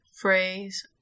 phrase